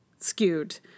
skewed